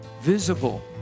visible